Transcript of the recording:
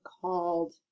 called